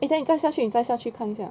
then 你再下去你再下去看一下